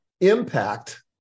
impact